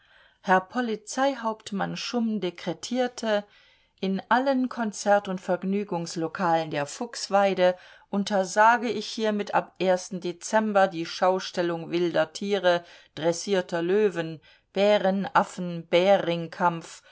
herr polizeihauptmann schumm dekretierte in allen konzert und vergnügungslokalen der fuchsweide untersage ich hier mit am dezember die schaustellung wilder tiere dressierter löwen bären affen